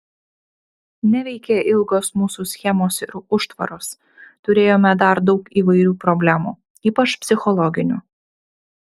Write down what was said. neveikė ilgos mūsų schemos ir užtvaros turėjome dar daug įvairių problemų ypač psichologinių